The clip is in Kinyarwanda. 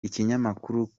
ikinyamakuru